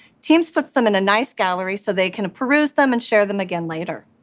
teams puts them in a nice gallery so they can peruse them and share them again later.